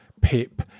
Pip